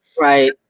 Right